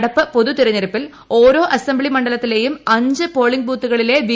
നടപ്പ് പൊതു തിരഞ്ഞെടുപ്പിൽ ഓരോ അസംബ്ലി മണ്ഡലത്തിലെയും അഞ്ച് പോളിംഗ് പ്ലൂത്തുകളിലെ വി